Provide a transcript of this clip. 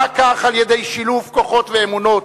על-ידי שילוב כוחות ואמונות,